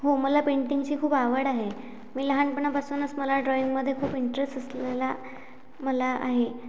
हो मला पेंटिंगची खूप आवड आहे मी लहानपणापासूनच मला ड्रॉईंगमध्ये खूप इंटरेस्ट असलेला मला आहे